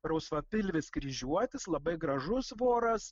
rausvapilvis kryžiuotis labai gražus voras